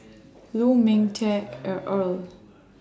Lu Ming Teh L Earl